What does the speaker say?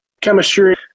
chemistry